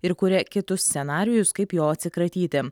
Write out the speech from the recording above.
ir kuria kitus scenarijus kaip jo atsikratyti